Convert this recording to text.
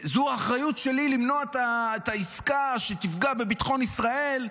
זו האחריות שלי למנוע את העסקה שתפגע בביטחון ישראל.